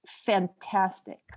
fantastic